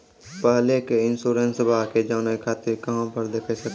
पहले के इंश्योरेंसबा के जाने खातिर कहां पर देख सकनी?